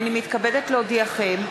הנני מתכבדת להודיעכם,